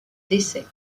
décès